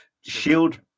shield